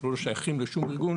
אנחנו לא שייכים לשום ארגון,